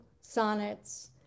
sonnets